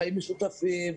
לחיים משותפים.